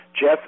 Jeff